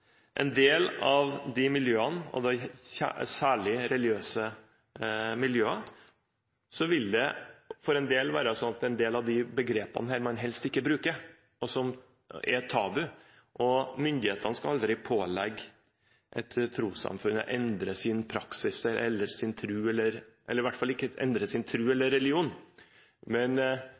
en del av de miljøene, særlig i de religiøse miljøene, vil det være sånn at det er en del av disse begrepene man helst ikke bruker, og som er tabu. Myndighetene skal aldri pålegge et trossamfunn å endre sin praksis eller sin tro, i hvert fall ikke å endre sin tro eller religion, men